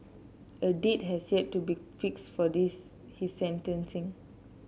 a date has yet to be fixed for this his sentencing